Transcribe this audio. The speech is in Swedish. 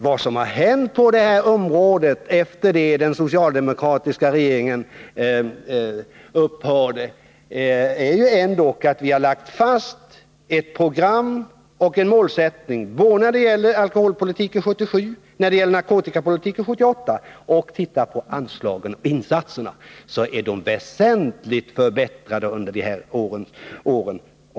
Vad som har hänt på det här området, Evert Svensson, efter det att den socialdemokratiska regeringen upphörde, är ju ändock att vi har lagt fast ett program och en målsättning, när det gäller alkoholpolitiken 1977 och när det gäller narkotikapolitiken 1978. Och ser vi på anslagen och insatserna, finner vi att de blivit väsentligt förbättrade under dessa år.